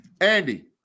Andy